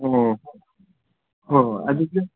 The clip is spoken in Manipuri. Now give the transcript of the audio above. ꯑꯣ ꯍꯣ ꯍꯣꯏ ꯍꯧꯖꯤꯛꯁꯦ